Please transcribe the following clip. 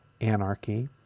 anarchy